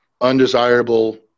undesirable